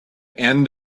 end